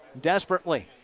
Desperately